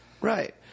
right